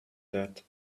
that